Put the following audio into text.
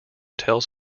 tells